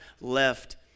left